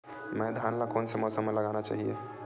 धान ल कोन से मौसम म लगाना चहिए?